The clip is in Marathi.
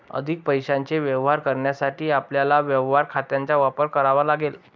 अधिक पैशाचे व्यवहार करण्यासाठी आपल्याला व्यवहार खात्यांचा वापर करावा लागेल